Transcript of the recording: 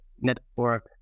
network